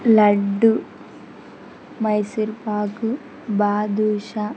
laddu Mysore pak badusha